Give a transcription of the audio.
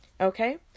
Okay